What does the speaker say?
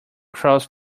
crows